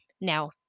Now